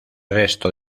resto